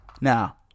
Now